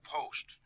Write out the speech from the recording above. Post